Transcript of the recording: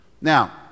Now